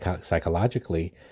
psychologically